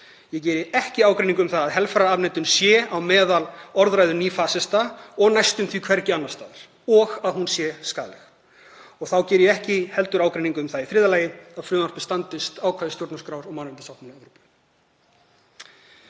Ég geri ekki ágreining um það að helfararafneitun sé á meðal orðræðu nýfasista og næstum því hvergi annars staðar og að hún sé skaðleg. Þá geri ég ekki heldur ágreining um það að frumvarpið standist ákvæði stjórnarskrár og mannréttindasáttmála Evrópu.